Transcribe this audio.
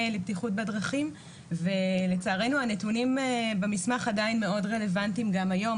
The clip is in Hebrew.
לבטיחות בדרכים ולצערנו הנתונים במסמך עדיין מאוד רלוונטיים גם היום,